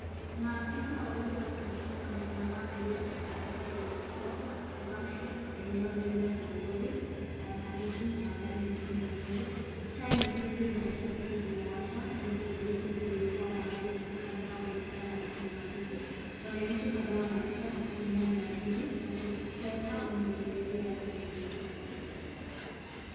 Maafisa wawili wa polisi wamesimama pembeni ya barabara yenye mvua wakitazama eneo lililo na lori la saruji na magari mengine madogo. Taa nyekundu za trafiki zimewashwa zikidhibiti mtiririko wa magari katika mtaa uliojaa majengo marefu. Wananchi kadhaa wanapita kwa kutumia miavuli wakikwepa unyevunyevu wa lami iliyoloa.